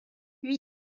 huit